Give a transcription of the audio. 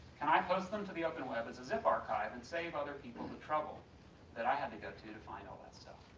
can i post them to the open web as a zip archive and save other people the trouble that i had to go to to find all that stuff?